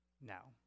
now